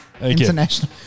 international